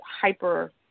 hyper